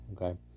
okay